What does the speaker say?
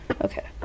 Okay